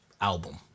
album